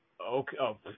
Okay